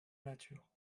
nature